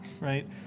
right